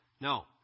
No